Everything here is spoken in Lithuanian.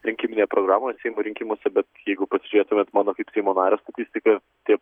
rinkiminėje programoje seimo rinkimuose bet jeigu pažiūrėtumėt mano kaip seimo nerio statistiką tie